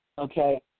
Okay